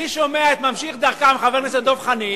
אני שומע את ממשיך דרכם, חבר הכנסת דב חנין,